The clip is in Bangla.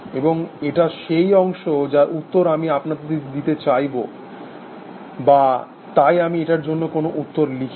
এবং এটা সেই অংশ যার উত্তর আমি আপনাদের দিতে চাইব বা তাই আমি এটার জন্য কোনো উত্তর লিখি নি